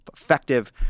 effective